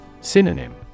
Synonym